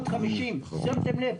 450, שמתם לב?